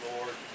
Lord